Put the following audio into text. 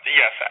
yes